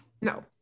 No